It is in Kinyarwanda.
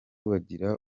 bagira